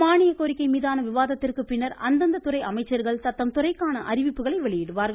மானியக்கோரிக்கை மீதான விவாதத்திற்கு பின்னர் அந்தந்த துறை அமைச்சர்கள் தத்தம் துறைக்கான அறிவிப்புக்களை வெளியிடுவார்கள்